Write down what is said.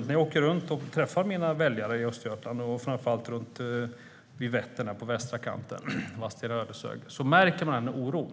När jag träffar mina väljare i Östergötland, framför allt vid västra kanten mot Vättern och runt Vadstena och Ödeshög, märker jag att det finns en oro.